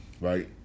Right